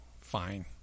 fine